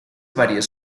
varias